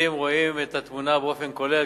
פקידים רואים את התמונה באופן כולל,